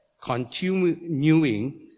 Continuing